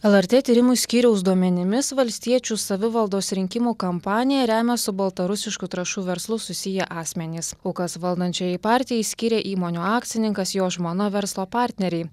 lrt tyrimų skyriaus duomenimis valstiečių savivaldos rinkimų kampaniją remia su baltarusiškų trąšų verslu susiję asmenys aukas valdančiajai partijai skyrė įmonių akcininkas jo žmona verslo partneriai